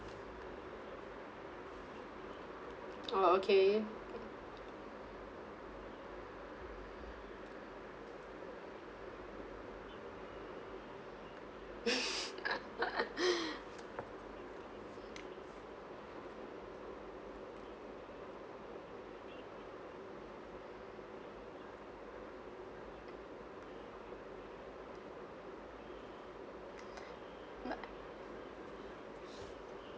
oh okay ma~